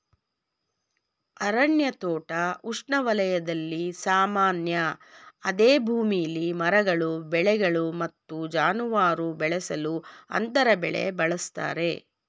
ಅರಣ್ಯ ತೋಟ ಉಷ್ಣವಲಯದಲ್ಲಿ ಸಾಮಾನ್ಯ ಅದೇ ಭೂಮಿಲಿ ಮರಗಳು ಬೆಳೆಗಳು ಮತ್ತು ಜಾನುವಾರು ಬೆಳೆಸಲು ಅಂತರ ಬೆಳೆ ಬಳಸ್ತರೆ